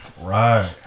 Right